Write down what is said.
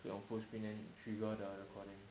click on full screen then trigger recording